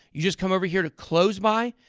you just come over here to close by,